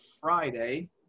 Friday